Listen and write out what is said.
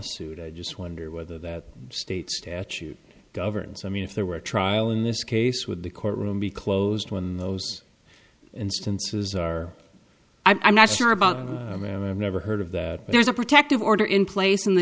it i just wonder whether that state statute governs i mean if there were a trial in this case with the courtroom be closed when those instances are i'm not sure about never heard of that there's a protective order in place in the